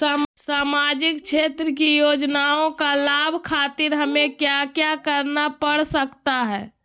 सामाजिक क्षेत्र की योजनाओं का लाभ खातिर हमें क्या क्या करना पड़ सकता है?